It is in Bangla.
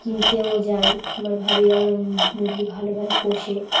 কিনতেও যাই আমার ভাবিরা ওরম মুরগি ভালো ভাবে পোষে